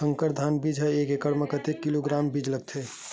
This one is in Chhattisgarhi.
संकर धान बीज एक एकड़ म कतेक किलोग्राम बीज लगथे?